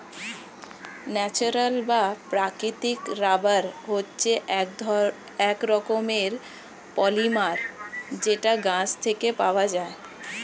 natural বা প্রাকৃতিক rubber হচ্ছে এক রকমের পলিমার যেটা গাছ থেকে পাওয়া যায়